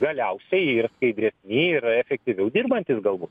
galiausiai ir skaidresni ir efektyviau dirbantys galbūt